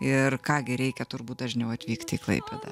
ir ką gi reikia turbūt dažniau atvykti į klaipėdą